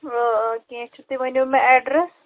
آ آ کیٚنٛہہ چھُنہٕ تُہۍ ؤنِو مےٚ ایڈرَس